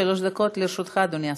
שלוש דקות לרשותך, אדוני השר.